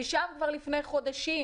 ושם כבר לפני חודשים